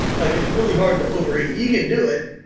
like it's really hard to overeat. you can do it,